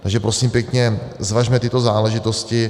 Takže prosím pěkně, zvažme tyto záležitosti.